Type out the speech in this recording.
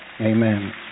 Amen